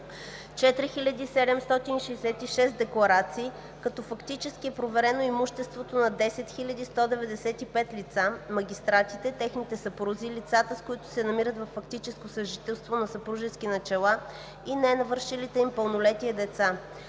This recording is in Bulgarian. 4766 декларации, като фактически е проверено имуществото на 10 195 лица – магистратите, техните съпрузи, лицата, с които се намират във фактическо съжителство на съпружески начала и ненавършилите им пълнолетие деца.